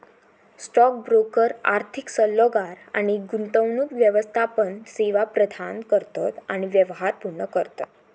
stock broker आर्थिक सल्लोगार आणि गुंतवणूक व्यवस्थापन सेवा प्रदान करतत आणि व्यवहार पूर्ण करतत